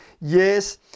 Yes